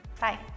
Bye